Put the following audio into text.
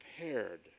prepared